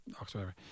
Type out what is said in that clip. Oxford